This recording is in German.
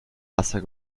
wasser